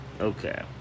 Okay